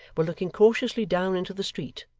were looking cautiously down into the street,